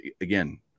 again